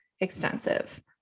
extensive